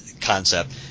concept